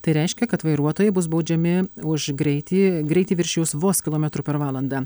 tai reiškia kad vairuotojai bus baudžiami už greitį greitį viršijus vos kilometru per valandą